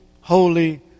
holy